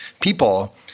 people